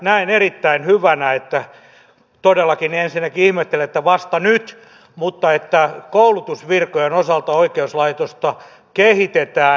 näen erittäin hyvänä että todellakin ensinnäkin ihmettelen että vasta nyt koulutusvirkojen osalta oikeuslaitosta kehitetään